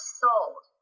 sold